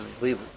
leave